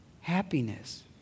happiness